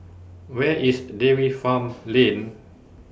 Where IS Dairy Farm Lane